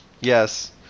Yes